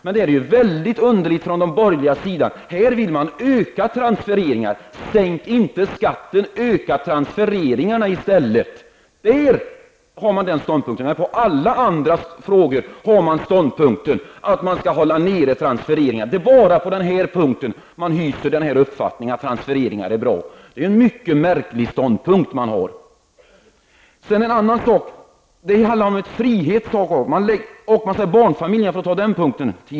Men det är underligt att man från de borgerligas sida här vill öka transfereringarna. Här är deras budskap: Sänk inte skatten, öka transfereringarna i stället! Här har man den ståndpunkten, men när det gäller alla andra frågor har man ståndpunkten att transfereringarna skall hållas nere. Det är bara på den här punkten som man hyser uppfattningen att transfereringar är bra. Det är en mycket märklig ståndpunkt man har. Sedan en annan sak.